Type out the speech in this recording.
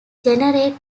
generate